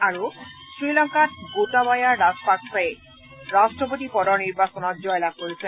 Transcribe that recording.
আৰু শ্ৰীলংকাত গোটাবায়া ৰাজাপাকছাই ৰাট্টপতি পদৰ নিৰ্বাচনত জয়লাভ কৰিছে